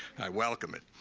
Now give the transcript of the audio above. i welcome it.